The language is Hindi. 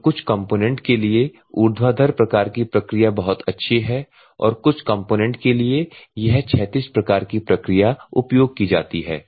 तो कुछ कंपोनेंट के लिए ऊर्ध्वाधर प्रकार की प्रक्रिया बहुत अच्छी है और कुछ कंपोनेंट के लिए यह क्षैतिज प्रकार की प्रक्रिया उपयोग की जाती है